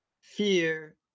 Fear